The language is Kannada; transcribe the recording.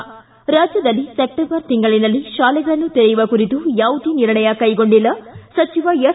ಿ ರಾಜ್ದದಲ್ಲಿ ಸೆಪ್ಷೆಂಬರ್ ತಿಂಗಳಿನಲ್ಲಿ ಶಾಲೆಗಳನ್ನು ತೆರೆಯುವ ಕುರಿತು ಯಾವುದೇ ನಿರ್ಣಯ ಕೈಗೊಂಡಿಲ್ಲ ಸಚಿವ ಎಸ್